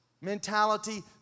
mentality